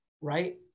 right